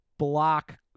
block